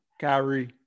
Kyrie